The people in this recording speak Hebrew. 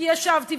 כי ישבתי,